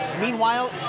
meanwhile